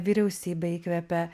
vyriausybę įkvėpė